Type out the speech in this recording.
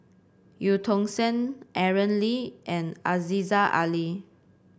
Eu Tong Sen Aaron Lee and Aziza Ali